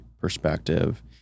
perspective